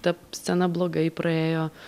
ta scena blogai praėjo